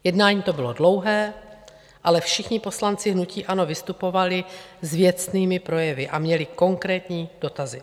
Jednání to bylo dlouhé, ale všichni poslanci hnutí ANO vystupovali s věcnými projevy a měli konkrétní dotazy.